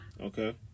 Okay